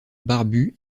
barbu